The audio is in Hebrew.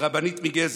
הרבנית מגזר.